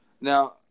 Now